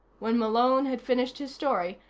when malone had finished his story,